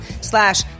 slash